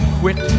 quit